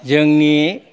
जोंनि